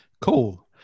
cool